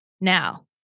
Now